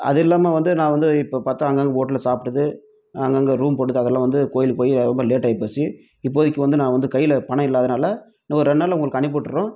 அது இல்லாமல் வந்து நான் வந்து இப்போ பார்த்தா அங்கங்கே ஹோட்டல்ல சாப்பிட்டது அங்கங்கே ரூம் போட்டது அதெல்லாம் வந்து கோயிலுக்கு போய் ரொம்ப லேட்டாகிப் போச்சு இப்போதைக்கு வந்து நான் வந்து கையில பணம் இல்லாதனால் இன்னும் ஒரு ரெண்டு நாள்ல உங்களுக்கு அனுப்பி விட்டுர்றோம்